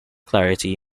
clarity